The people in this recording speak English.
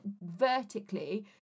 vertically